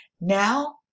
Now